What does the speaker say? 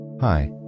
Hi